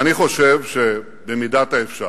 אני חושב שבמידת האפשר,